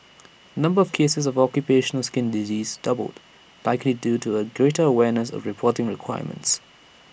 number of cases of occupational skin disease doubled likely due to A greater awareness of reporting requirements